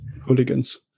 hooligans